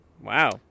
Wow